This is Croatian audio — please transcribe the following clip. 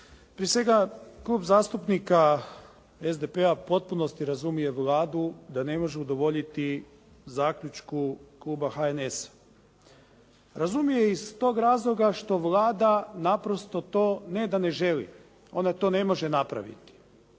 Prije svega, Klub zastupnika SDP-a u potpunosti razumije Vladu da ne može udovoljiti zaključku kluba HNS-a. Razumije i iz tog razloga što Vlada naprosto to ne da ne želi, ona to ne može napraviti.